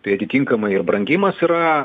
tai atitinkamai ir brangimas yra